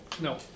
No